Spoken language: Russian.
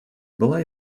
была